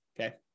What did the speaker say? Okay